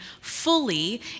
fully